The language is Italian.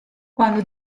quando